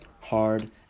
hard